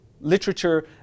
literature